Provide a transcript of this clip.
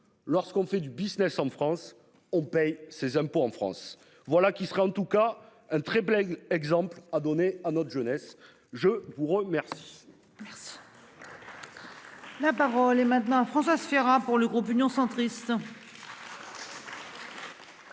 lorsqu'on fait du Business en France, on paye ses impôts en France, voilà qui sera en tout cas un très bel exemple à donner à notre jeunesse. Je vous remercie.